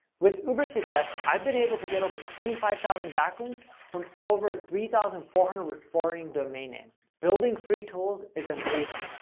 with uber suggest, i've been able to get over twenty five thousand backlinks from over three thousand four hundred referring domain names. building free tools is amazing.